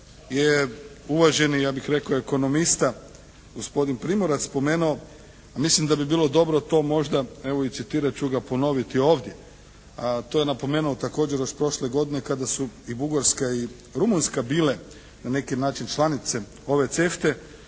Ono što možda je uvaženi ja bih rekao ekonomista gospodin Primorac spomenuo, a mislim da bi bilo dobro to možda evo, i citirat ću ga ponoviti ovdje. To je napomenuo također još prošle godine kada su i Bugarska i Rumunjska bile na neki način članice ove